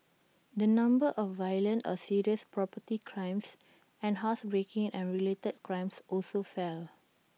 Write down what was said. the number of violent or serious property crimes and housebreaking and related crimes also fell